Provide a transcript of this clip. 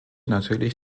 natürlich